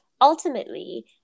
ultimately